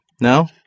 No